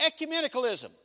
ecumenicalism